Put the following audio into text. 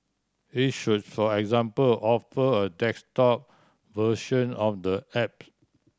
it should for example offer a desktop version of the app